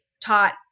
taught